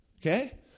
Okay